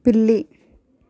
పిల్లి